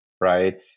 right